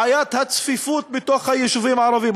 בעיית הצפיפות בתוך היישובים הערביים,